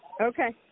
Okay